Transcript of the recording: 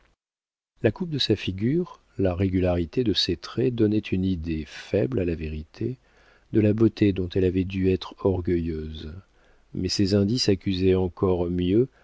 la coupe de sa figure la régularité de ses traits donnaient une idée faible à la vérité de la beauté dont elle avait dû être orgueilleuse mais ces indices accusaient encore mieux